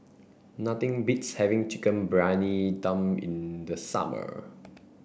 nothing beats having Chicken Briyani Dum in the summer